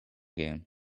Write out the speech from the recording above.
game